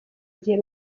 igihe